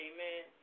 Amen